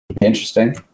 Interesting